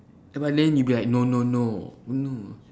but then you'll be like no no no no